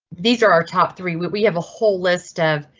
these are our top three. we have a whole list of